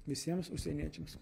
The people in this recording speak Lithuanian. visiems užsieniečiams